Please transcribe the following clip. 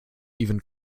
even